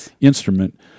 instrument